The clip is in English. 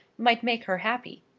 might make her happy.